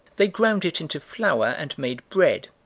they ground it into flour and made bread,